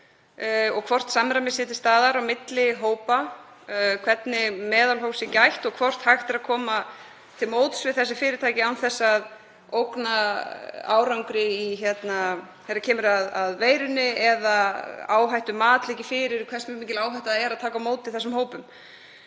sé hvort samræmi sé til staðar á milli hópa, hvernig meðalhófs sé gætt og hvort hægt sé að koma til móts við þessi fyrirtæki án þess að ógna árangri þegar kemur að veirunni eða að áhættumat liggi fyrir, þ.e. hversu mikil áhætta það er að taka á móti þessum hópum.